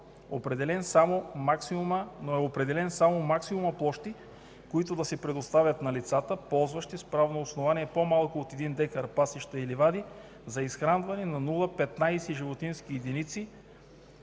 но е определен само максимумът площи, които да се предоставят на лицата, ползващи с правно основание по-малко от един декар пасища и ливади за изхранване на 0,15 животински единици,